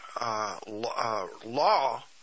Law